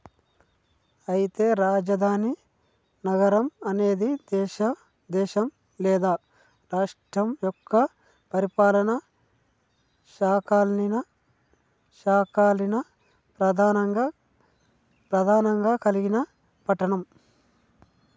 అయితే రాజధాని నగరం అనేది దేశం లేదా రాష్ట్రం యొక్క పరిపాలనా శాఖల్ని ప్రధానంగా కలిగిన పట్టణం